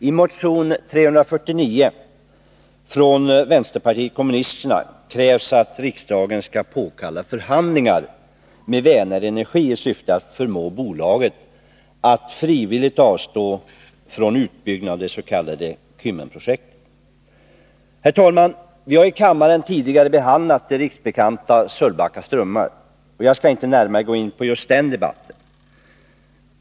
I motion 349 från vpk krävs att riksdagen skall påkalla förhandlingar med Vänerenergi i syfte att förmå bolaget att frivilligt avstå från utbyggnad av det s.k. Kymmenprojektet. Herr talman! Vi har tidigare i kammaren behandlat de riksbekanta Sölvbacka strömmarna, och jag skall inte närmare gå in på just den debatten.